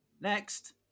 Next